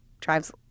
drives